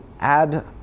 add